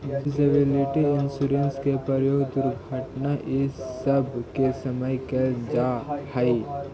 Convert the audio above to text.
disability insurance के प्रयोग दुर्घटना इ सब के समय कैल जा हई